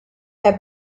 have